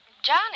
Johnny